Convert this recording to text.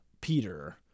Peter